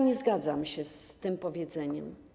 Nie zgadzam się z tym powiedzeniem.